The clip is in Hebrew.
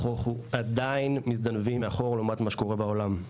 אנחנו עדיין מזדנבים מאחור לעומת מה שקורה בעולם.